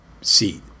seat